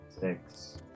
six